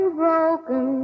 broken